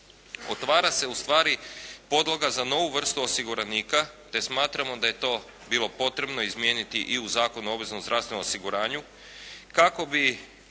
otvara se u stvari podloga za novu vrstu osiguranika, te smatramo da je to bilo potrebno izmijeniti i u Zakonu o obveznom zdravstvenom osiguranju kako bi